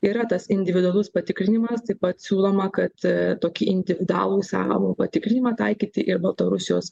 yra tas individualus patikrinimas taip pat siūloma kad tokį individualų išsamų patikrinimą taikyti ir baltarusijos